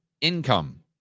income